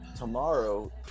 Tomorrow